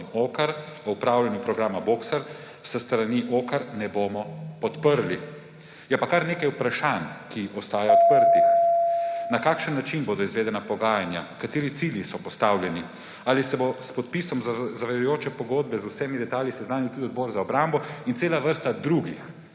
OCCAR o upravljanju programa Boxer s strani OCCAR ne bomo podprli. Je pa kar nekaj vprašanj, ki jih ostaja odprtih – na kakšen način bodo izvedena pogajanja, kateri cilji so postavljeni, ali se bo s podpisom zavezujoče pogodbe z vsemi detajli seznanil tudi Odbor za obrambo in cela vrsta drugih